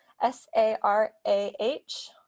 S-A-R-A-H